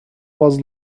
was